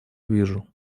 вижу